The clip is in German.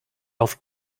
auf